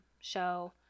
Show